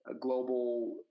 global